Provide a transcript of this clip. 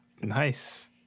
Nice